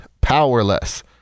powerless